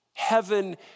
Heaven